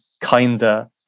kinder